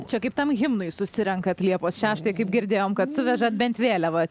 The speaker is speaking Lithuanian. čia kaip tam himnui susirenkat liepos šeštai kaip girdėjome kad suvežat bent vėliavą